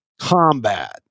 combat